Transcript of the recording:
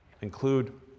include